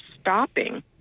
stopping